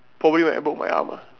probably when I broke my arm ah